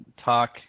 talk